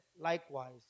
Likewise